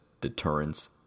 deterrence